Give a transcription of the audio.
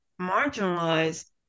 marginalized